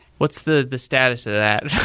what's the the status of that